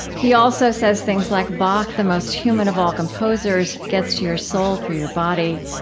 he also says things like, bach, the most human of all composers, gets to your soul through your body,